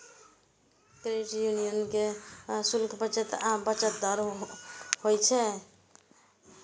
credit union के शुल्क कम आ बचत दर उच्च होइ छै